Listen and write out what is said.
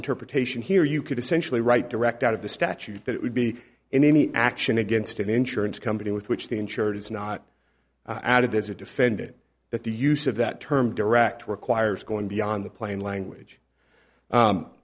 interpretation here you could essentially write direct out of the statute that it would be in any action against an insurance company with which the insured is not added as a defendant that the use of that term direct requires going beyond the plain language